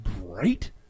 great